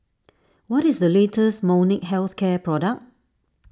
what is the latest Molnylcke Health Care product